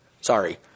sorry